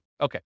Okay